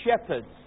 shepherds